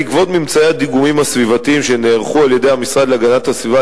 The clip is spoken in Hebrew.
בעקבות ממצאי הדיגומים הסביבתיים שנערכו על-ידי המשרד להגנת הסביבה